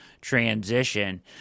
transition